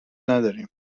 نداریم